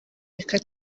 reka